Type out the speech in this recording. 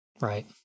right